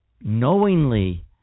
knowingly